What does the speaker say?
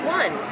one